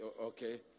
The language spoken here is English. Okay